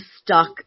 stuck